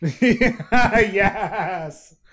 Yes